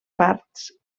parts